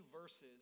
verses